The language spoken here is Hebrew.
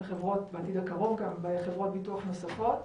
בעתיד הקרוב גם, בחברות ביטוח נוספות.